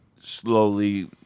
Slowly